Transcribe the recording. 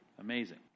Amazing